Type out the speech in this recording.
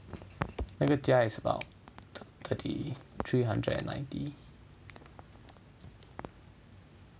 那个家 is about thirty three hundred and ninety